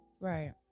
Right